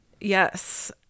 Yes